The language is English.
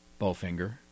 Bowfinger